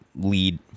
lead